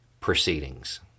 proceedings